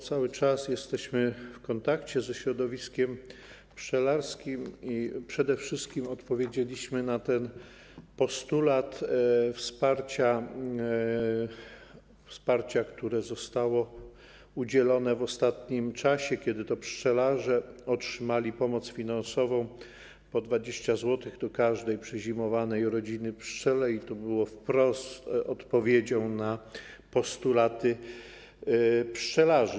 Cały czas jesteśmy w kontakcie ze środowiskiem pszczelarskim i przede wszystkim odpowiedzieliśmy na ten postulat dotyczący wsparcia, które zostało udzielone w ostatnim czasie, kiedy to pszczelarze otrzymali pomoc finansową w wysokości 20 zł do każdej przezimowanej rodziny pszczelej i to było wprost odpowiedzią na postulaty pszczelarzy.